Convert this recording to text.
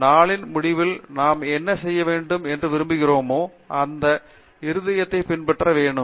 எனவே நாளின் முடிவில் நாம் என்ன செய்ய வேண்டும் என்று விரும்புகிறோமோ நம் இருதயத்தை பின்பற்ற வேண்டும்